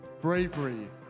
bravery